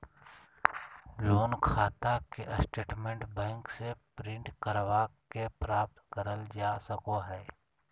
loan खाता के statement bank से प्रिंट करवा के प्राप्त करल जा सको हय